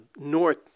north